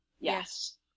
Yes